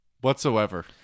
whatsoever